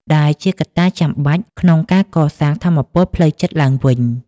ដែលជាកត្តាចាំបាច់ក្នុងការកសាងថាមពលផ្លូវចិត្តឡើងវិញ។